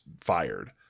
fired